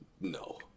No